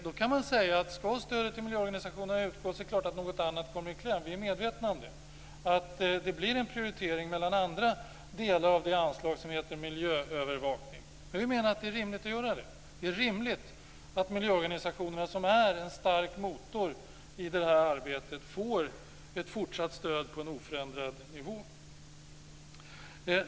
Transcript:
Då kan man säga: Skall stöd till miljöorganisationerna utgå är det klart att något annat kommer i kläm. Vi är medvetna om det. Det blir en avvägning mellan detta och andra delar av det anslag som heter Miljöövervakning. Men vi menar att det är rimligt att göra det. Det är rimligt att miljöorganisationerna, som är en stark motor i det här arbetet, får ett fortsatt stöd på en oförändrad nivå.